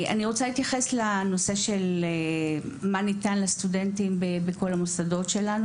אני רוצה להתייחס לשאלה מה ניתן לסטודנטים בכל המוסדות שלנו.